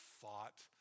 fought